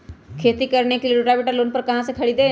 खेती करने के लिए रोटावेटर लोन पर कहाँ से खरीदे?